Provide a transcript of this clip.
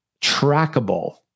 trackable